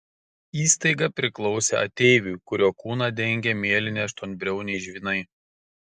įstaiga priklausė ateiviui kurio kūną dengė mėlyni aštuonbriauniai žvynai